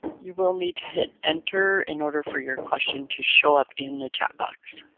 you will need to hit enter in order for your question to show up in the chat box.